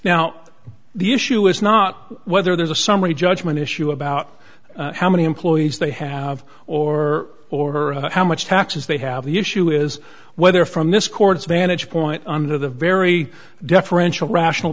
now the issue is not whether there's a summary judgment issue about how many employees they have or or how much taxes they have the issue is whether from this court's vantage point under the very deferential rational